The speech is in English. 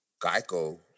Geico